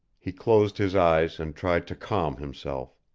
he closed his eyes and tried to calm himself.